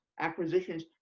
acquisitions